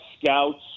scouts